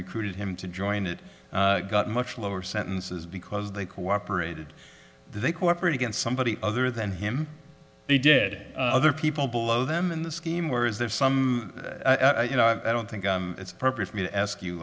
recruited him to join it got much lower sentences because they cooperated they cooperate against somebody other than him they did other people below them in the scheme where is there some you know i don't think it's appropriate for me to ask you